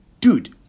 dude